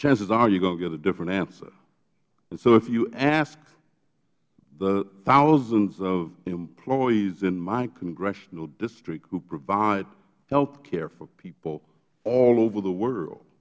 chances are you are going to get a different answer so if you ask the thousands of employees in my congressional district who provide health care for people all over the world